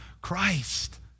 Christ